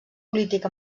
polític